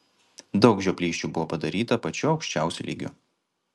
daug žioplysčių buvo pridaryta pačiu aukščiausiu lygiu